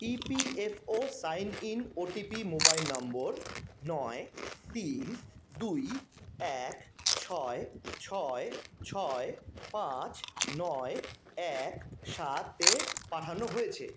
E P F O sign in O T P mobile number নয় তিন দুই এক ছয় ছয় ছয় পাঁচ নয় এক সাত এ পাঠানো হয়েছে